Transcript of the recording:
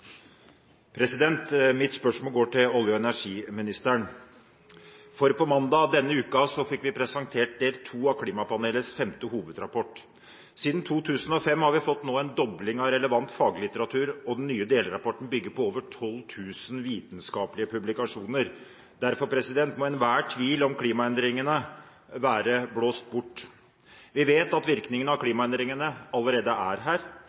Mitt spørsmål går til olje- og energiministeren, for på mandag denne uken fikk vi presentert del to av klimapanelets femte hovedrapport. Siden 2005 har vi nå fått en dobling av relevant faglitteratur, og den nye delrapporten bygger på over 12 000 vitenskapelige publikasjoner. Derfor må enhver tvil om klimaendringene være blåst bort. Vi vet at virkningene av klimaendringene allerede er her.